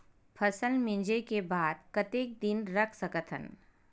फसल मिंजे के बाद कतेक दिन रख सकथन?